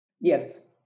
Yes